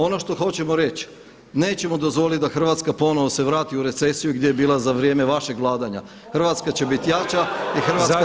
Ono što hoćemo reć, nećemo dozvoliti da Hrvatska ponovo se vrati u recesiju gdje je bila za vrijeme vašeg vladanja, Hrvatska će biti jača i Hrvatska